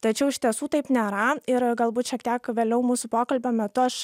tačiau iš tiesų taip nėra ir galbūt šiek tiek vėliau mūsų pokalbio metu aš